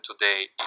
today